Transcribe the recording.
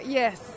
yes